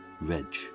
Reg